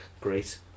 Great